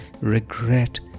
regret